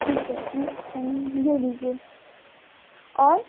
ठीक है यह यह लीजिए और